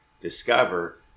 discover